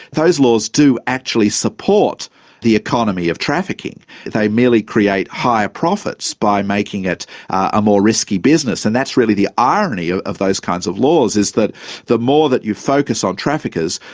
those laws do actually support the economy of trafficking they merely create higher profits by making it a more risky business. and that's really the irony of of those kinds of laws is that the more that you focus on traffickers,